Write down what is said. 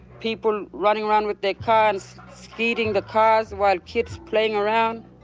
people running around with their cars, speeding the cars while kids playing around.